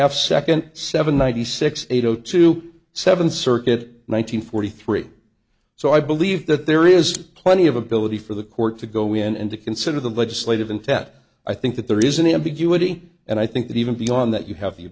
f second seven ninety six eight zero two seven circuit one nine hundred forty three so i believe that there is plenty of ability for the court to go in and to consider the legislative intent i think that there is an ambiguity and i think that even beyond that you have the